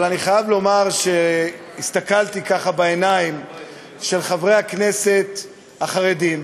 אבל אני חייב לומר שהסתכלתי בעיניים של חברי הכנסת החרדים,